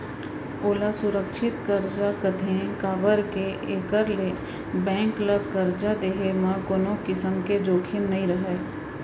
ओला सुरक्छित करजा कथें काबर के एकर ले बेंक ल करजा देहे म कोनों किसम के जोखिम नइ रहय